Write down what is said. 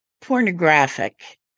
pornographic